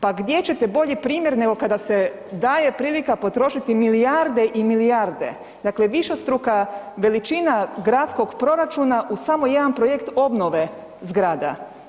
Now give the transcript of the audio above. Pa gdje ćete bolji primjer nego kada se daje prilika potrošiti milijarde i milijarde, dakle višestruka veličina gradskog proračuna u samo jedan projekt obnove zgrada.